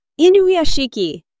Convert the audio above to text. Inuyashiki